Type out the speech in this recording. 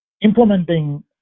implementing